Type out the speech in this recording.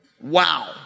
wow